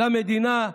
למדינה.